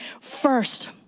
first